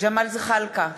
ג'מאל זחאלקה,